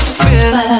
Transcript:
feel